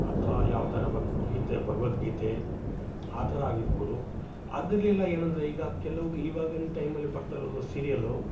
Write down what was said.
ಅಥವಾ ಯಾವ್ದಾರೂ ಬಕು ಗೀತೆ ಭಗವದ್ಗೀತೆ ಆ ಥರ ಆಗಿರ್ಬೋದು ಅದರಲ್ಲೆಲ್ಲ ಏನಂದರೆ ಈಗ ಕೆಲವು ಇವಾಗಿನ ಟೈಮಲ್ಲಿ ಬರ್ತಾ ಇರೋದು ಸೀರಿಯಲ್ಲು